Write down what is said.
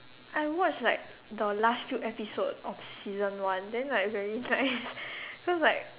I would watch like the last few episodes of season one then like very nice cause like